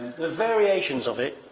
there are variations of it.